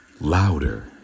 louder